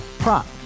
Prop